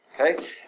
okay